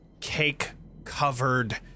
cake-covered